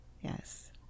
yes